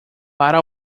para